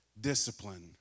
discipline